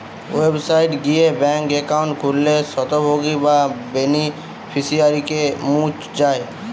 website গিয়ে bank account খুললে স্বত্বভোগী বা বেনিফিশিয়ারিকে মুছ যায়